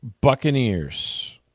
Buccaneers